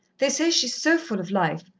they say she's so full of life.